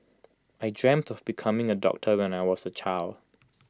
I dreamt of becoming A doctor when I was A child